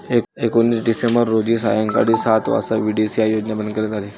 एकोणीस डिसेंबर रोजी सायंकाळी सात वाजता व्ही.डी.आय.सी योजना बंद करण्यात आली